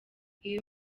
iyi